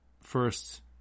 first